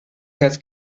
gaat